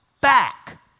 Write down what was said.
back